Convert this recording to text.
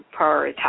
prioritize